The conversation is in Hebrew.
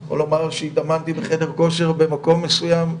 אני יכול לומר שהתאמנתי בחדר כושר במקום מסוים,